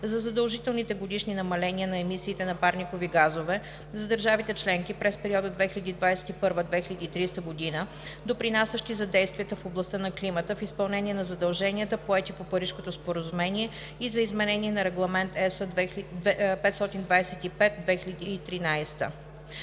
за задължителните годишни намаления на емисиите на парникови газове за държавите членки през периода 2021 – 2030 г., допринасящи за действията в областта на климата в изпълнение на задълженията, поети по Парижкото споразумение, и за изменение на Регламент (ЕС) № 525/201.